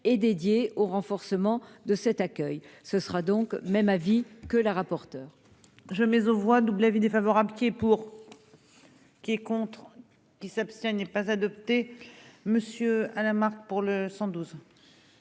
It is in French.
et dédiée au renforcement de cet accueil, ce sera donc même avis que le rapporteur.